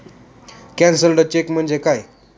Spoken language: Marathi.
कॅन्सल्ड चेक म्हणजे काय?